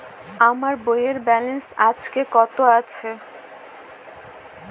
আমার বইয়ের ব্যালেন্স আজকে কত আছে?